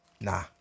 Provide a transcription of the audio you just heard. Nah